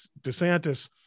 DeSantis